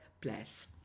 Bless